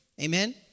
Amen